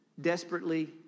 desperately